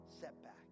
setback